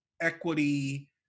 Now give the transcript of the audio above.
equity